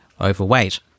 overweight